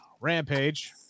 Rampage